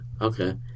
Okay